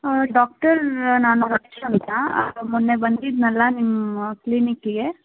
doctor ನಾನು ರಕ್ಷಾ ಅಂತ ಮೊನ್ನೆ ಬಂದಿದ್ನಲ್ಲಾ ನಿಮ್ಮ ಕ್ಲಿನಿಕ್ಕಿಗೆ